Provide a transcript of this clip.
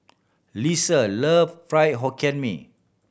Leesa love Fried Hokkien Mee